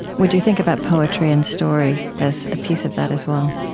would you think about poetry and story as a piece of that, as well?